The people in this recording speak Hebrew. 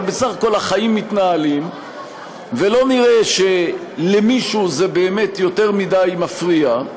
אבל בסך הכול החיים מתנהלים ולא נראה שלמישהו זה באמת יותר מדי מפריע,